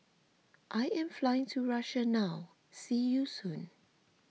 I am flying to Russia now see you soon